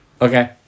Okay